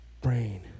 Brain